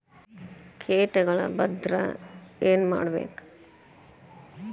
ಕೇಟಗಳ ಬಂದ್ರ ಏನ್ ಮಾಡ್ಬೇಕ್?